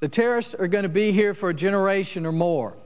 the terrorists are going to be here for a generation or more